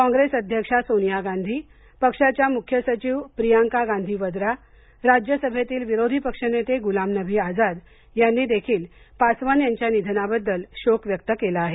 कॉंग्रेस अध्यक्षा सोनिया गांधी पक्षाच्या मुख्य सचिव प्रियांका गांधी वद्रा राज्य सभेतील विरोधी पक्ष नेते गुलाम नबी आझाद यांनी देखील पासवान यांच्या निधनाबद्दल शोक व्यक्त केला आहे